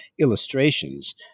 illustrations